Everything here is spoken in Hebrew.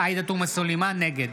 נגד